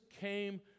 came